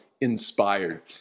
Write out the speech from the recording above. Inspired